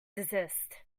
desist